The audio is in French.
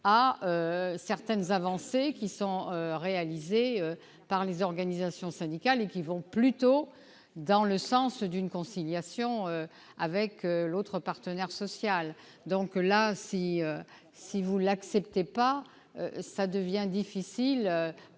de certaines avancées réalisées par les organisations syndicales et qui vont plutôt dans le sens d'une conciliation avec l'autre partenaire social. Si vous ne l'acceptez pas, mes chers